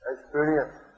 experience